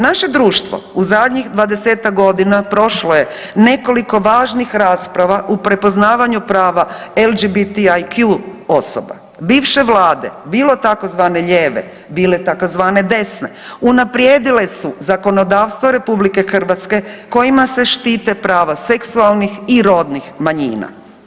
Naše društvo u zadnjih 20-ak godina prošlo je nekoliko važnih rasprava u prepoznavanju prava LGBTQ osoba bivše vlade bilo tzv. lijeve, bile tzv. desne unaprijedile su zakonodavstvo RH kojima se štite prava seksualnih i rodnih manjina.